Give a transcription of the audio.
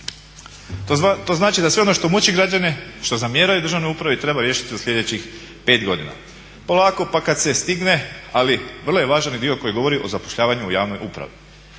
To znači da sve ono što muči građane, što zamjeraju državnoj upravi treba riješiti u sljedećih 5 godina. Polako pa kad se stigne. Ali vrlo je važan i dio koji govori o zapošljavanju u javnoj upravi.